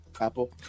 Apple